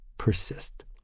Persist